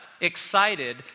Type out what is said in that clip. excited